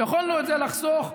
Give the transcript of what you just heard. יכולנו לחסוך את זה,